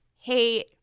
hey